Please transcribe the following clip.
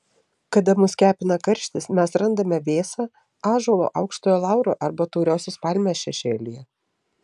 kada mus kepina karštis mes randame vėsą ąžuolo aukštojo lauro arba tauriosios palmės šešėlyje